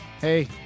Hey